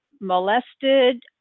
molested